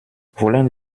wollen